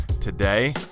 today